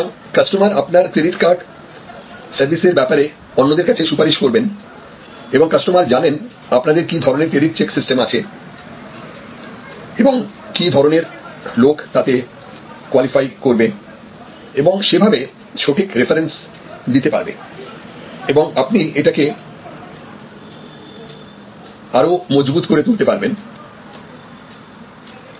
সুতরাং কাস্টমার আপনার credit card service এর ব্যাপারে অন্যদের কাছে সুপারিশ করবেন এবং কাস্টমার জানেন আপনাদের কি ধরনের ক্রেডিট চেক সিস্টেম আছে এবং কি ধরনের লোক তাতে কোয়ালিফাই করবে এবং সেভাবে সঠিক রেফারেন্স দিতে পারবেন এবং আপনি এটাকে আরো মজবুত করে তুলতে পারবেন